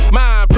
mind